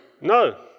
No